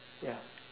ya